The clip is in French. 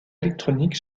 électronique